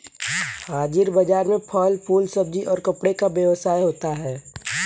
हाजिर बाजार में फल फूल सब्जी और कपड़े का व्यवसाय होता है